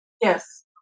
Yes